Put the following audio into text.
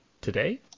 today